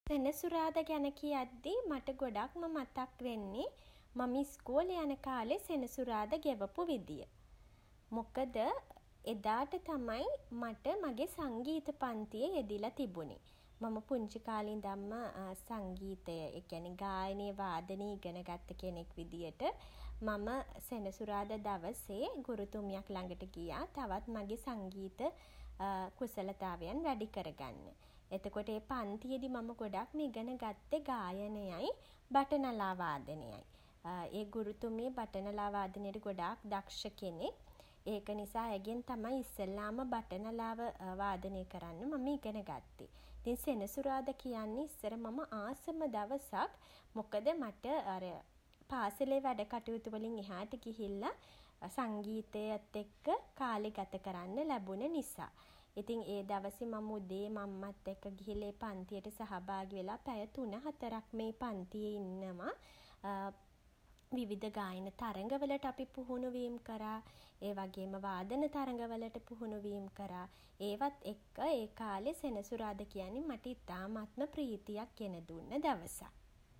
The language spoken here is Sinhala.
සෙනසුරාදා ගැන කියද්දී මට ගොඩක්ම මතක් වෙන්නෙ මම ඉස්කෝලේ යන කාලෙ සෙනසුරාදා ගෙවපු විදිය. මොකද එදාට තමයි මට මගේ සංගීත පන්තිය යෙදිලා තිබුණෙ. මම පුංචි කාලෙ ඉඳන්ම සංගීතය ඒ කියන්නේ ගායනය වාදනය ඉගෙන ගත්ත කෙනෙක් විදියට මම සෙනසුරාදා දවසේ ගුරුතුමියක් ළඟට ගියා තවත් මගේ සංගීත කුසලතාවයන් වැඩි කරගන්න. එතකොට ඒ පන්තියේදී මම ගොඩක්ම ඉගෙනගත්තෙ ගායනයයි බටනලා වාදනයයි ඒ ගුරුතුමී බටනළා වාදනය ගොඩක් දක්ෂ කෙනෙක්. ඒක නිසා ඇයගෙන් තමයි ඉස්සෙල්ලාම බටනලාව වාදනය කරන්න මම ඉගෙන ගත්තේ. ඉතින් සෙනසුරාදා කියන්නෙ ඉස්සර මම ආසම දවසක්. මොකද මට අර පාසලේ වැඩ කටයුතු වලින් එහාට ගිහිල්ල සංගීතයත් එක්ක කාලේ ගත කරන්න ලැබුන නිසා. ඉතින් ඒ දවසේ මම උදේම අම්මත් එක්ක ගිහිල්ල ඒ පන්තියට සහභාගි වෙලා පැය තුන හතරක්ම ඒ පන්තියේ ඉන්නවා විවිධ ගායන තරගවලට අපි පුහුණුවීම් කරා. ඒ වගේම වාදන තරගවලට පුහුණුවීම් කරා. ඒවත් එක්ක ඒ කාලෙ සෙනසුරාදා කියන්නේ මට ඉතාමත්ම ප්‍රීතියක් ගෙන දුන්න දවසක්.